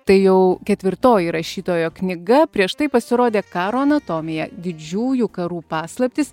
tai jau ketvirtoji rašytojo knyga prieš tai pasirodė karo anatomija didžiųjų karų paslaptys